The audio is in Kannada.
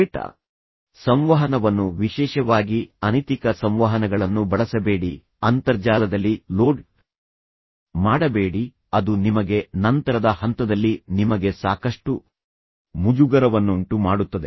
ಕೆಟ್ಟ ಸಂವಹನವನ್ನು ವಿಶೇಷವಾಗಿ ಅನೈತಿಕ ಸಂವಹನಗಳನ್ನು ಬಳಸಬೇಡಿ ಅಂತರ್ಜಾಲದಲ್ಲಿ ಲೋಡ್ ಮಾಡಬೇಡಿ ಅದು ನಿಮಗೆ ನಂತರದ ಹಂತದಲ್ಲಿ ನಿಮಗೆ ಸಾಕಷ್ಟು ಮುಜುಗರವನ್ನುಂಟು ಮಾಡುತ್ತದೆ